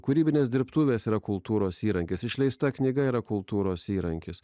kūrybinės dirbtuvės yra kultūros įrankis išleista knyga yra kultūros įrankis